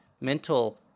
mental